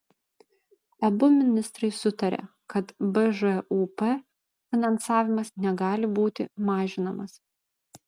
abu ministrai sutarė kad bžūp finansavimas negali būti mažinamas